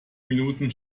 minuten